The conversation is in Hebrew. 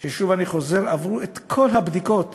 אני חוזר, שעברו את כל הבדיקות